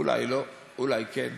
אולי לא, אולי כן,